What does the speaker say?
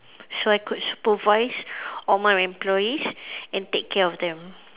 so I could supervise all my employees and take care of them